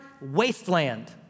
wasteland